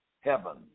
heaven